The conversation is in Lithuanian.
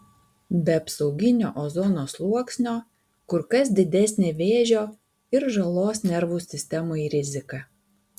be apsauginio ozono sluoksnio kur kas didesnė vėžio ir žalos nervų sistemai rizika